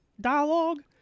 dialogue